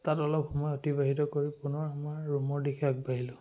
তাত অলপ সময় অতিবাহিত কৰি পুনৰ আমাৰ ৰুমৰ দিশে আগবাঢ়িলোঁ